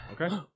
Okay